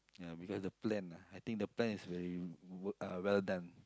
ya because the plan ah I think the plan is very w~ uh well done